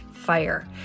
fire